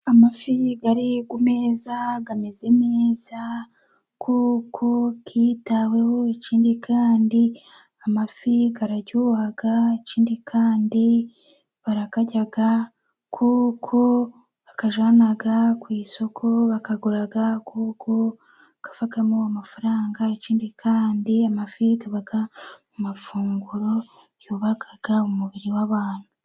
Amafi ari ku meza ameze neza kuko yitaweho, ikindi kandi amafi araryoha, ikindi kandi barayarya kuko bayajyana ku isoko barayagura kuko avamo amafaranga, ikindi kandi amafi aba mu mafunguro yubaka umubiri w'abantu.